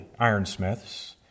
ironsmiths